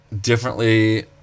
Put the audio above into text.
differently